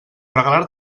regalar